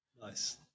Nice